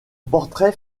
portrait